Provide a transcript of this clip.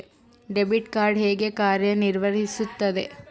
Debit card ಹೇಗೆ ಕಾರ್ಯನಿರ್ವಹಿಸುತ್ತದೆ?